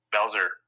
Belzer